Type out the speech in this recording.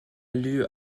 lieu